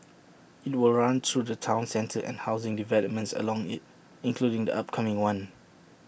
IT will run through the Town centre and housing developments along IT including the upcoming one